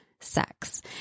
sex